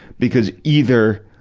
because either,